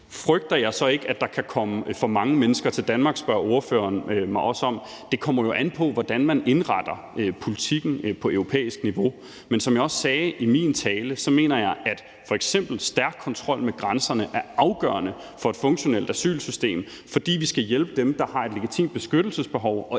Frygter jeg så ikke, at der kan komme for mange mennesker til Danmark? spørger ordføreren mig også om. Det kommer jo an på, hvordan man indretter politikken på europæisk niveau. Men som jeg også sagde i min tale, mener jeg, at f.eks. en stærk kontrol med grænserne er afgørende for et funktionelt asylsystem, fordi vi skal hjælpe dem, der har et legitimt beskyttelsesbehov, og ikke bruge